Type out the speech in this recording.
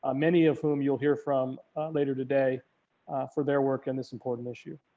ah many of whom you'll hear from later today for their work in this important issue.